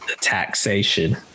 taxation